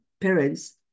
parents